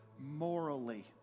morally